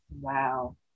Wow